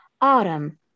autumn